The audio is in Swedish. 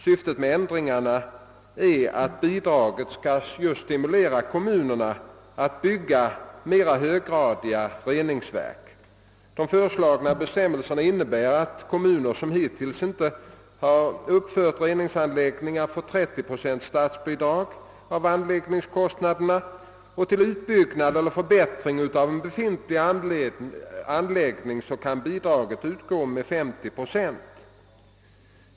Syftet med ändringarna är att bidraget skall stimulera kommunerna att bygga mera höggradiga reningsverk. De föreslagna bestämmelserna innebär att kommuner som hittills inte har uppfört reningsanläggningar får statsbidrag med 30 procent av anläggningskostnaderna. Till utbyggnad eller förbättring av en befintlig anläggning kan bidraget utgå med 50 procent.